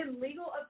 legal